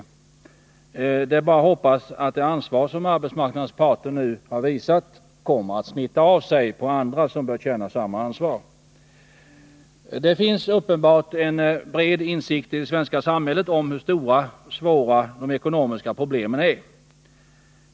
Det är bara att hoppas att det ansvar som arbetsmarknadens parter har visat kommer att smitta av sig på andra, som bör känna samma ansvar. Det finns uppenbarligen en bred insikt i det svenska samhället om hur stora och svåra de ekonomiska problemen är.